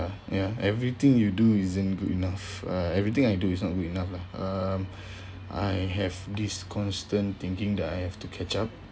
uh ya everything you do isn't good enough uh everything I do is not good enough lah um I have this constant thinking that I have to catch up